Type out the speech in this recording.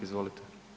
Izvolite.